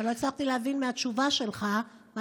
אבל לא הצלחתי להבין מהתשובה שלך מה